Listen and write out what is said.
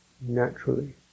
naturally